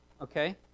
Okay